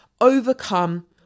overcome